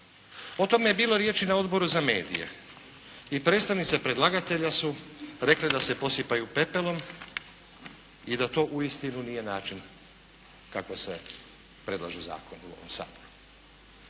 O tome je bilo riječi na Odboru za medije i predstavnice predlagatelja su rekle da se posipaju pepelom i da to uistinu nije način kako se predlažu zakoni u ovom Saboru.